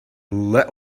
let